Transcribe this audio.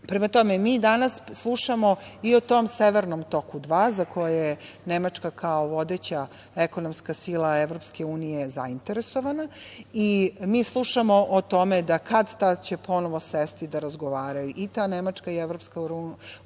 bitka. Prema tome, mi danas slušamo i o tom „Severnom toku 2“ za koje Nemačka kao vodeća ekonomska sila EU zainteresovana i mi slušamo o tome da kad-tad će ponovo sesti da razgovara i ta Nemačka i EU sa Rusijom